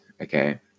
okay